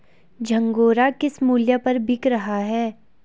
झंगोरा किस मूल्य पर बिक रहा है?